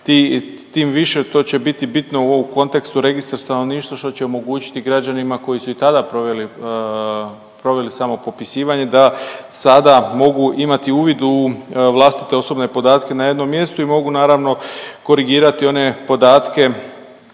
Tim više što će biti bitno u ovom kontekstu registra stanovništva, što će omogućiti građanima koji su i tada proveli samopopisivanje, da sada mogu imati uvid u vlastite osobne podatke na jednom mjestu i mogu, naravno, korigirati one podatke